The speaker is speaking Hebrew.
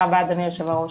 אדוני היושב-ראש.